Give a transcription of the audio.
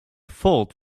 fault